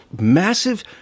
massive